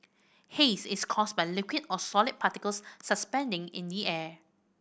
haze is caused by liquid or solid particles suspending in the air